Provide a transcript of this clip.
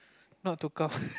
not to come